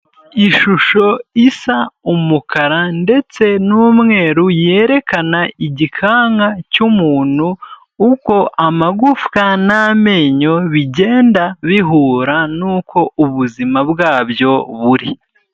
Ishusho isa umukara ndetse n'umweru, yerekana igikanka cy'umuntu uko amagufwa n'amenyo bigenda bihura n'uko ubuzima bwabyo buri.